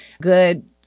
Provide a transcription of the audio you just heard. good